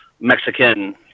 Mexican